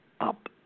up